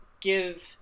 give